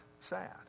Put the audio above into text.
sad